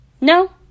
no